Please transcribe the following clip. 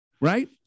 Right